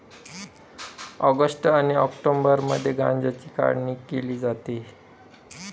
August आणि ऑक्टोबरमध्ये गांज्याची काढणी केली जाते